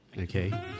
Okay